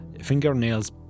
fingernails